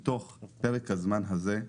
בתוך פרק הזמן הזה,